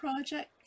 project